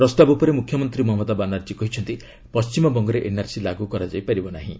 ପ୍ରସ୍ତାବ ଉପରେ ମୁଖ୍ୟମନ୍ତ୍ରୀ ମମତା ବାନାର୍ଜୀ କହିଛନ୍ତି ପଣ୍ଟିମବଙ୍ଗରେ ଏନ୍ଆର୍ସି ଲାଗୁ କରାଯାଇ ପାରିବ ନାହିଁ